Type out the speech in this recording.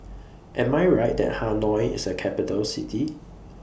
Am I Right that Hanoi IS A Capital City